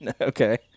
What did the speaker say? Okay